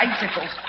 bicycles